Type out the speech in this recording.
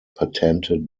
patented